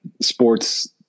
sports